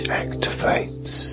activates